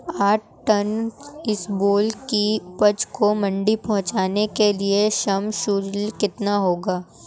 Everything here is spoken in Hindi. आठ टन इसबगोल की उपज को मंडी पहुंचाने के लिए श्रम शुल्क कितना होगा?